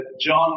John